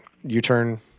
U-turn